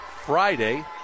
Friday